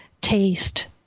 taste